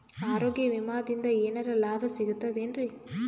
ಆರೋಗ್ಯ ವಿಮಾದಿಂದ ಏನರ್ ಲಾಭ ಸಿಗತದೇನ್ರಿ?